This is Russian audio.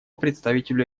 представителю